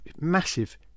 massive